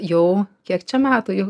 jau kiek čia metų jau